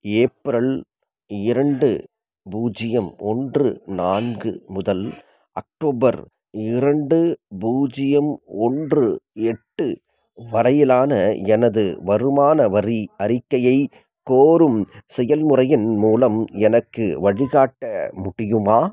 April இரண்டு பூஜ்ஜியம் ஒன்று நான்கு முதல் அக்டோபர் இரண்டு பூஜ்ஜியம் ஒன்று எட்டு வரையிலான எனது வருமான வரி அறிக்கையைக் கோரும் செயல்முறையின் மூலம் எனக்கு வழிகாட்ட முடியுமா